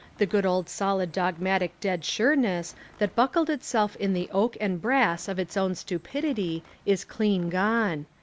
the good old solid dogmatic dead-sure ness that buckled itself in the oak and brass of its own stupidity is clean gone.